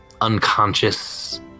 unconscious